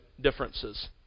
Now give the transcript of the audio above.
differences